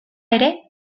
ere